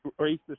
racist